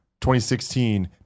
2016